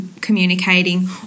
communicating